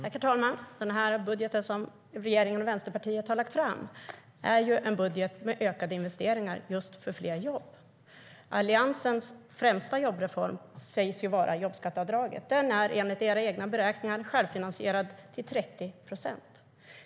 Herr talman! Den budget som regeringen och Vänsterpartiet har lagt fram är en budget med ökade investeringar just för fler jobb. Alliansens främsta jobbreform sägs vara jobbskatteavdraget. Den är enligt era egna beräkningar självfinansierad till 30 procent.